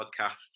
podcasts